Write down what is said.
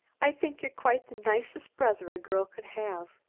i think you're quite the nicest brother a girl could have.